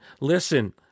Listen